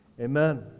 Amen